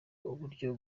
uburyo